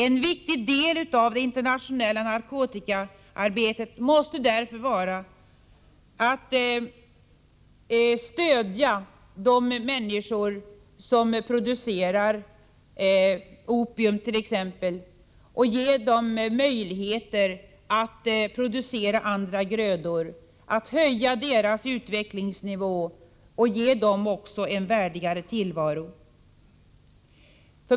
En viktig del av det internationella narkotikaarbetet måste därför vara att stödja de människor som producerart.ex. opium och ge dem möjligheter att producera andra grödor, höja deras utvecklingsnivå och ge dem en värdigare tillvaro.